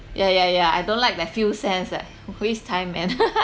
ya ya ya I don't like that few cents leh waste time and